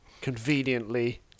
conveniently